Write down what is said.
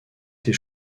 ses